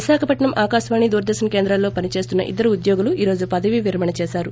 విశాఖపట్సం ఆకాశవాణి దూరదర్నన్ కేంద్రాల్లో పని చేస్తున్న ఇద్దరు ఉద్యోగులు ఈ రోజు పదవీ విరమణ చేశారు